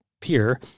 peer